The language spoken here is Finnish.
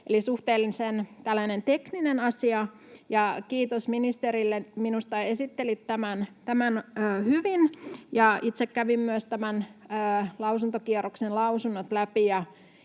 suhteellisen tekninen asia. Kiitos ministerille! Minusta esittelit tämän hyvin. Itse kävin myös tämän lausuntokierroksen lausunnot läpi,